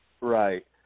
Right